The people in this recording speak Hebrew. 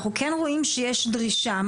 אנחנו כן רואים שיש דרישה.